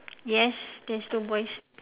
yes there is two boys